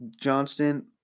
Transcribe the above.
Johnston